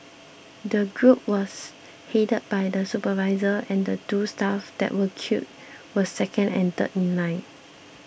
the group was headed by the supervisor and the two staff that were killed were second and third in line